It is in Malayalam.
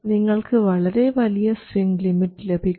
നിങ്ങൾക്ക് വളരെ വലിയ സ്വിങ് ലിമിറ്റ് ലഭിക്കും